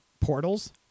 Portals